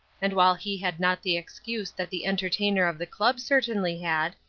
and while he had not the excuse that the entertainer of the club certainly had,